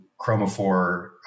chromophore